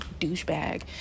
douchebag